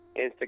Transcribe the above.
Instagram